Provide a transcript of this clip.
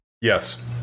Yes